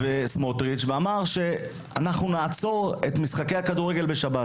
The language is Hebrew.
והכריז שיבטלו את משחקי הכדורגל בשבת.